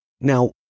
Now